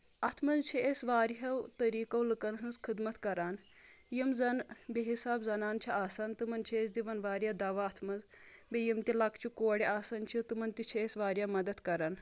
اتھ منٛز چھِ أسۍ واریاہو طٔریٖقو لُکن ہٕنٛز خدمت کَران یِم زَن بے حِساب زَنان چھِ آسن تِمَن چھِ أسۍ دِون واریاہ دوا اتھ منٛز بیٚیہِ یِم تہِ لۄکچہِ کورِ آسن چھِ تِمَن تہِ چھِ أسۍ واریاہ مَدَد کَران